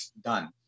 done